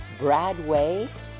Bradway